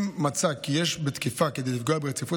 אם מצא כי יש בתקיפה כדי לפגוע ברציפות